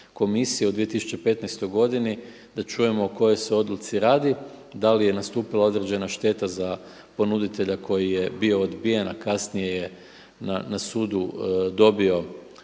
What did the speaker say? komisije u 2015. godini da čujemo o kojoj se odluci radi, da li je nastupila određena šteta za ponuditelja koji je bio odbijen, a kasnije je na sudu dobio